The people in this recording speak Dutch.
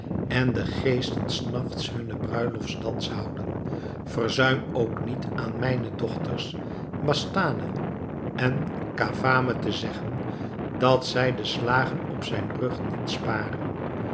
en de geesten s nachts hunnen bruiloftsdans houden verzuim ook niet aan mijne dochters bastane en cavame te zeggen dat zij de slagen op zijn rug niet sparen